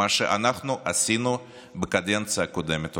מה שאנחנו עשינו בקדנציה הקודמת.